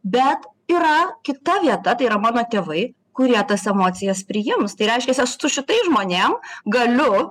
bet yra kita vieta tai yra mano tėvai kurie tas emocijas priims tai reiškiasi aš su šitais žmonėm galiu